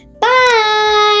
Bye